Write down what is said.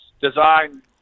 design